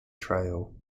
trail